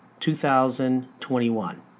2021